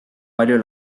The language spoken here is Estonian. palju